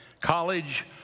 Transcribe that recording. College